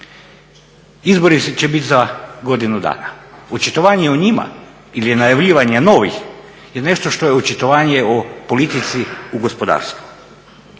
izbori će biti za godinu dana očitovanje o njima ili najavljivanja novih je nešto što je očitovanje o politici u gospodarstvu.